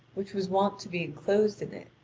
which was wont to be enclosed in it,